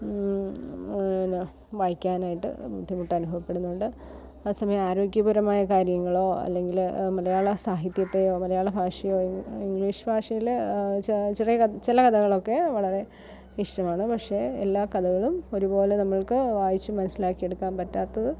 പിന്നെ വായിക്കാനായിട്ട് ബുദ്ധിമുട്ട് അനുഭവപ്പെടുന്നുണ്ട് അതേസമയം ആരോഗ്യപരമായ കാര്യങ്ങളോ അല്ലെങ്കില് മലയാള സാഹിത്യത്തെയോ മലയാള ഭാഷയോ ഇംഗ്ലീഷ് ഭാഷയില് ചെറിയ ചില കഥകളൊക്കെ വളരെ ഇഷ്ടമാണ് പക്ഷേ എല്ലാ കഥകളും ഒരുപോലെ നമ്മൾക്ക് വായിച്ച് മനസ്സിലാക്കിയെടുക്കാൻ പറ്റാത്തത്